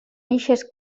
eixes